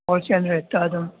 hall ꯁꯦꯜ ꯔꯦꯠꯇ ꯑꯗꯨꯝ